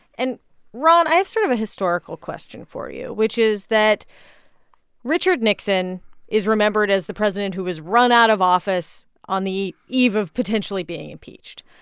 and ron, i have sort of a historical question for you, which is that richard nixon is remembered as the president who was run out of office on the eve of potentially being impeached.